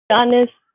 honest